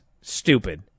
stupid